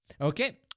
Okay